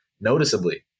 noticeably